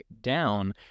down